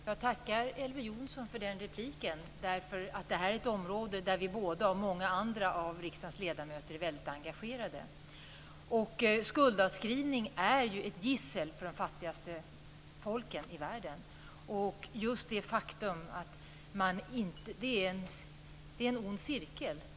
Herr talman! Jag tackar Elver Jonsson för den repliken. Det här är nämligen ett område som vi båda och många andra av riksdagens ledamöter är väldigt engagerade i. Skuldavskrivning är ett gissel för de fattigaste folken i världen. Det är en ond cirkel.